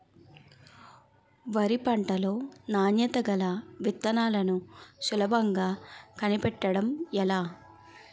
వరి పంట లో నాణ్యత గల విత్తనాలను సులభంగా కనిపెట్టడం ఎలా?